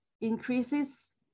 increases